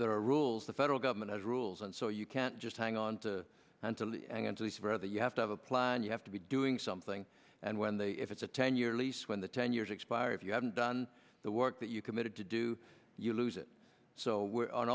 are rules the federal government has rules and so you can't just hang on to until going to the spare that you have to have a plan you have to be doing something and when they if it's a ten year lease when the ten years expire if you haven't done the work that you committed to do you lose it so